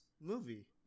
movie